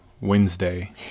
wednesday